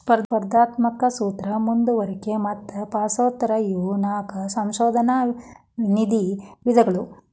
ಸ್ಪರ್ಧಾತ್ಮಕ ಸೂತ್ರ ಮುಂದುವರಿಕೆ ಮತ್ತ ಪಾಸ್ಥ್ರೂ ಇವು ನಾಕು ಸಂಶೋಧನಾ ನಿಧಿಯ ವಿಧಗಳು